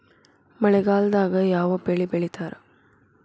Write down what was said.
ಮಳೆಗಾಲದಾಗ ಯಾವ ಬೆಳಿ ಬೆಳಿತಾರ?